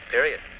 Period